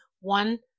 One